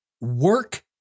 work